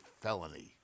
felony